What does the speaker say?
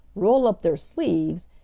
roll up their sleeves,